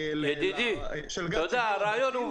מקרים מקרים בודדים שהתכניות נדחו.